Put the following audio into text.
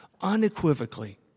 unequivocally